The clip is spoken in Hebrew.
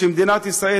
שמדינת ישראל,